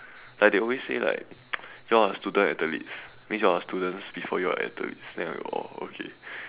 like they always say like you are all student athletes means you are students before you all are athletes then we like oh okay